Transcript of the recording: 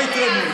לא יתרמו,